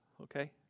okay